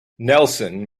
nelson